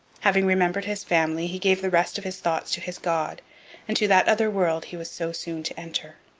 having remembered his family he gave the rest of his thoughts to his god and to that other world he was so soon to enter.